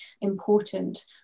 important